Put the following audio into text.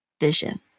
vision